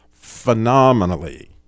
phenomenally